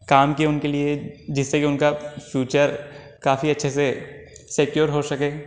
काम किए उनके लिए जिससे कि उनका फ़्यूचर काफ़ी अच्छे से सेक्योर हो सके